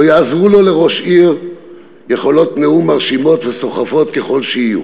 לא יעזרו לו לראש עיר יכולות נאום מרשימות וסוחפות ככל שיהיו